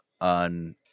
on